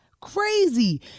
crazy